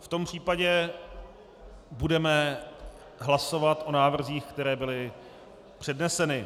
V tom případě budeme hlasovat o návrzích, které byly předneseny.